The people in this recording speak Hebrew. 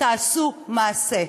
תעשו מעשה.